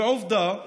ועובדה,